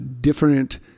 different